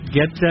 get